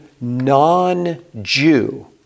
non-Jew